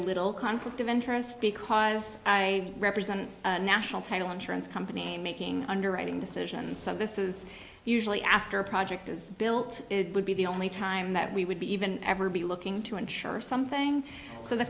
little conflict of interest because i represent a national title insurance company and making underwriting decisions of this is usually after a project is built it would be the only time that we would be even ever be looking to ensure or something so the